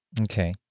Okay